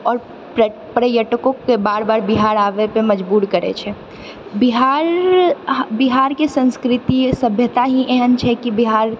आओर पर्यटकोके बार बार बिहार आबै लए मजबूर करैत छै बिहार बिहारके संस्कृति सभ्यता ही एहन छै कि बिहार